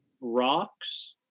Rocks